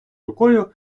рукою